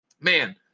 man